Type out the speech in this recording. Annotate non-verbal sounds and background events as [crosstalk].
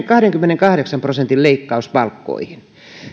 [unintelligible] kahdenkymmenenkahdeksan prosentin leikkaus palkkoihin